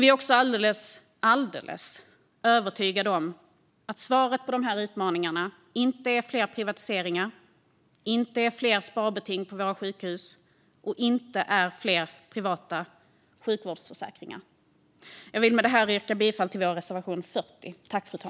Vi är också alldeles övertygade om att svaret på dessa utmaningar inte är fler privatiseringar, fler sparbeting på våra sjukhus eller fler privata sjukvårdsförsäkringar. Jag vill med det yrka bifall till vår reservation 40.